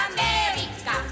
America